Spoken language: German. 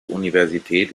universität